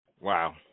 Wow